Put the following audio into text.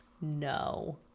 No